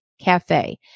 cafe